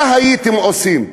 מה הייתם עושים.